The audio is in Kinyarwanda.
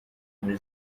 muri